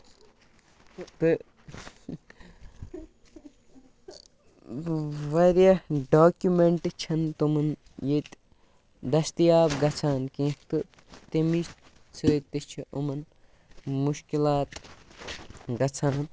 تہٕ واریاہ ڈاکومینٹ چھِنہٕ ییٚتہِ تِمن ییٚتہِ دٔستِیاب گژھان کیٚنہہ تہٕ مہِ سۭتۍ تہِ چھُ یِمَن مُشکِلات گژھان